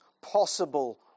possible